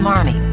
Army